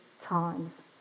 times